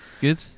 good